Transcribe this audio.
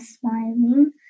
smiling